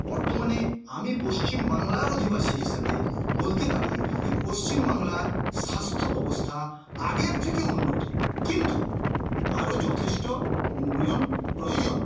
বর্তমানে আমি পশ্চিমবাংলার অধিবাসী হিসাবে বলতে পারি যে পশ্চিমবাংলার স্বাস্থ্যব্যবস্থা আগের থেকে উন্নত কিন্তু আরও যথেষ্ট উন্নয়ন প্রয়োজন